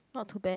not too bad